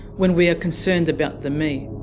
when we are concerned about the me.